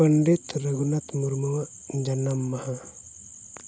ᱯᱚᱱᱰᱤᱛ ᱨᱟᱹᱜᱷᱩᱱᱟᱛᱷ ᱢᱩᱨᱢᱩᱣᱟᱜ ᱡᱟᱱᱟᱢ ᱢᱟᱦᱟ